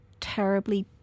terribly